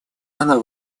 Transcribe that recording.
она